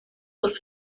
wrth